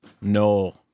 No